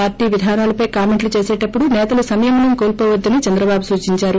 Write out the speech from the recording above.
పార్లీ విధానాలపై కామెంట్లు చేసటప్పుడు సేతలు సంయమనం కోల్చోవద్దని చంద్రబాబు సూచిందారు